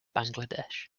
bangladesh